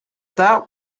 that